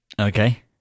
Okay